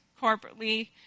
corporately